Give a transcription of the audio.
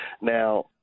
Now